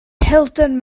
hilton